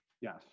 Yes